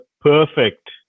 perfect